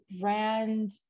brand